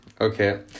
Okay